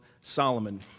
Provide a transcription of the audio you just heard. Solomon